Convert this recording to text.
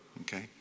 okay